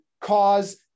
cause